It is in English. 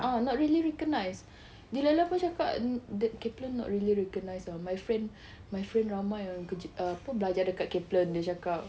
ah not really recognised delilah pun cakap um Kaplan not really recognised ah my friend my friend ramai yang kerja apa belajar dekat Kaplan dia cakap